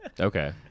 Okay